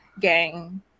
gang